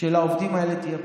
שלעובדים האלה תהיה פרנסה.